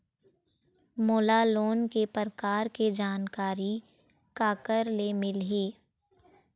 मोला लोन के प्रकार के जानकारी काकर ले मिल ही?